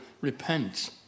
repent